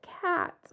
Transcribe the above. cat